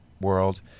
world